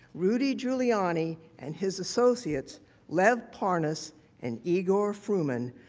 rudy giuliani and his associates lev parnas and igor fruman,